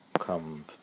come